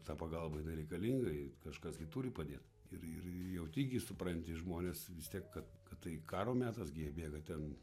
ta pagalba jinai reikalinga ir kažkas gi turi padėt ir ir jauti gi supranti žmones vis tiek kad kad tai karo metas gi jie bėga ten